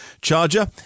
charger